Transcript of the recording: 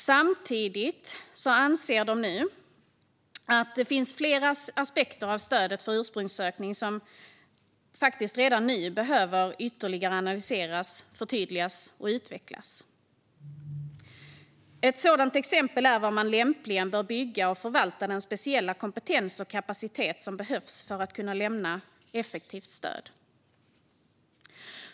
Samtidigt anser de nu att det finns flera aspekter av stödet för ursprungssökning som faktiskt redan nu behöver ytterligare analyseras, förtydligas och utvecklas. Ett sådant exempel är var man lämpligen bör bygga och förvalta den speciella kompetens och kapacitet som behövs för att kunna lämna effektivt stöd.